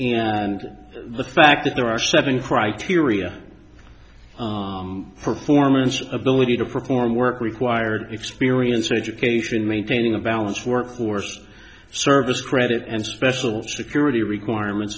and the fact that there are seven criteria on performance ability to perform work required experience education maintaining a balance workforce service credit and special security requirements